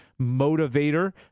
motivator